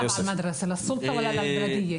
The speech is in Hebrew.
שואלת בערבית.